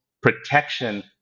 protection